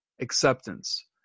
Acceptance